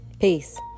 peace